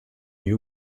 you